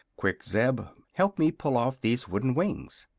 quick zeb, help me pull off these wooden wings!